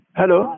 hello